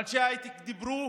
ואנשי ההייטק דיברו